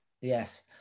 yes